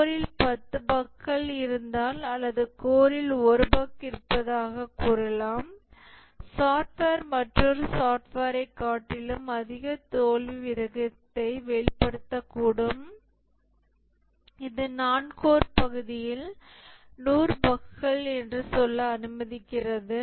கோரில் பத்து பஃக்கள் இருந்தால் அல்லது கோரில் ஒரு பஃக் இருப்பதாகக் கூறலாம் சாஃப்ட்வேர் மற்றொரு சாஃப்ட்வேரைக் காட்டிலும் அதிக தோல்வி விகிதத்தை வெளிப்படுத்தக்கூடும் இது நான்கோர் பகுதியில் நூறு பஃக்கள் என்று சொல்ல அனுமதிக்கிறது